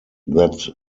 that